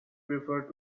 preferred